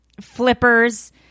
flippers